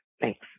Thanks